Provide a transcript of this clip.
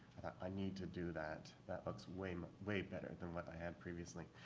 i need to do that. that looks way um way better than what i had previously.